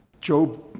Job